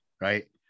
right